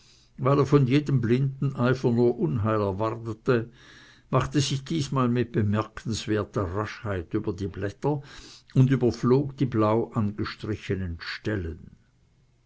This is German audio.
weil er von jedem blinden eifer nur unheil erwartete machte sich diesmal mit bemerkenswerter raschheit über die blätter und überflog die blau angestrichenen stellen